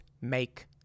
make